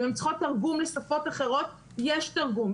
אם הם צריכות תרגום לשפות אחרות, יש תרגום.